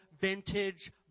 vintage